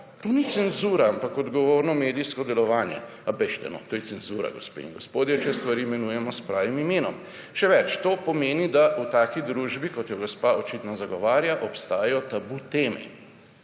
To ni cenzura, ampak odgovorno medijsko delovanje.« A, dajte, no! To je cenzura, gospe in gospodje, če stvari imenujemo s pravim imenom. Še več, to pomeni, da v taki družbi, kot jo gospa očitno zagovarja, obstajajo tabu teme.